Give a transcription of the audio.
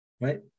Right